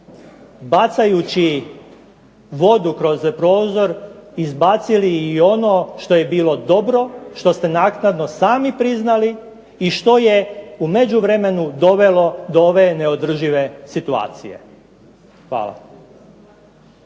bacajući vodu kroz prozor izbacili ono što je bilo dobro, što ste naknadno sami priznali i što je u međuvremenu dovelo do ove neodržive situacije. Hvala.